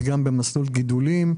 וגם במסלול גידולים,